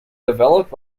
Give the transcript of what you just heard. developed